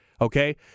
Okay